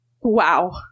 Wow